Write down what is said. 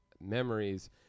Memories